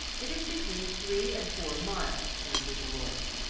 it is between three and four miles, answered the lawyer.